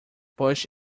push